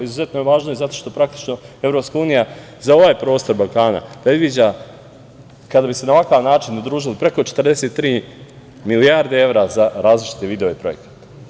Izuzetno je važno zato što praktično EU za ovaj prostor Balkana predviđa, kada bi se na ovakav način udružili, preko 43 milijarde evra za različite vidove projekata.